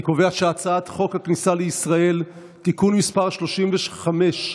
חוק הכניסה לישראל (תיקון מס' 35),